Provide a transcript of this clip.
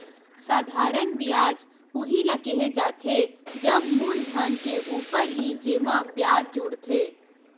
साधारन बियाज उही ल केहे जाथे जब मूलधन के ऊपर ही जेमा बियाज जुड़थे